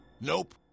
Nope